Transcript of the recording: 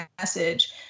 message